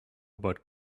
about